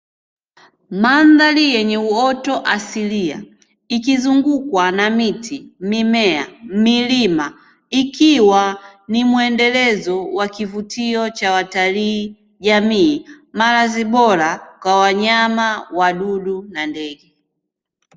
Mandhari yenye uoto asilia ikizungukwa na miti, mimea, milima; ikiwa ni mwendelezo wa kivutio cha watalii, jamii; malazi bora kwa wanyama, wadudu na ndege.